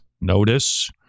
Notice